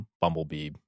Bumblebee